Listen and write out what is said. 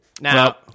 Now